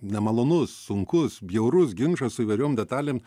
nemalonus sunkus bjaurus ginčas su įvairiom detalėm